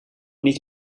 niet